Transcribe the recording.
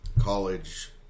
college